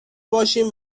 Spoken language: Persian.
باشیم